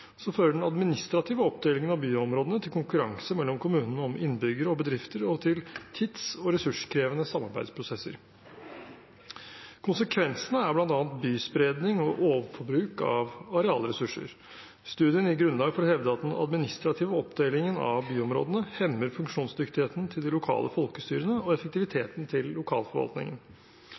fører den administrative oppdelingen av byområdene til konkurranse mellom kommunene om innbyggere og bedrifter og til tids- og ressurskrevende samarbeidsprosesser. Konsekvensene er bl.a. byspredning og overforbruk av arealressurser. Studien gir grunnlag for å hevde at den administrative oppdelingen av byområdene hemmer funksjonsdyktigheten til de lokale folkestyrene og effektiviteten til lokalforvaltningen.